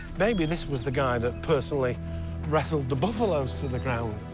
maybe this was the guy that personally wrestled the buffalos to the ground.